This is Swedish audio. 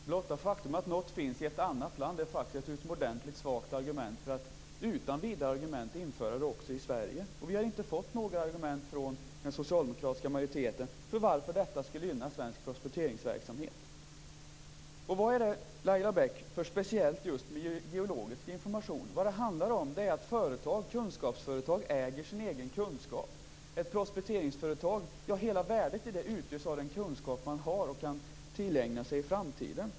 Fru talman! Blotta faktum att något finns i ett annat land är ett utomordentligt svagt argument för att utan vidare införa det också i Sverige. Vi har inte fått några argument från den socialdemokratiska majoriteten för att detta skulle gynna svensk prospekteringsverksamhet. Vad är det för speciellt med just geologisk information, Laila Bäck? Vad det handlar om är att kunskapsföretag äger sin egen kunskap. Hela värdet i prospekteringsföretaget utgörs av den kunskap man har och kan tillägna sig i framtiden.